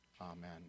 Amen